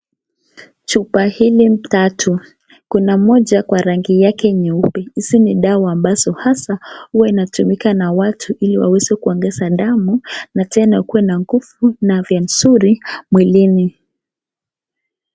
Chupa hili tatu. Kuna moja kwa rangi yake nyeupe. Hizi ni dawa ambazo hasa huwa inatumika na watu ili waweze kuongeza damu na tena kuwe na nguvu na afia nzuri mwilini.